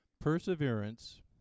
Perseverance